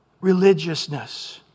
religiousness